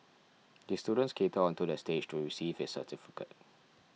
the student skated onto the stage to receive his certificate